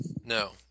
No